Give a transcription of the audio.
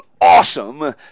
awesome